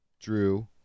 Drew